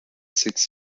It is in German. sechs